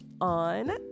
on